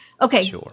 Okay